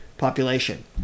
population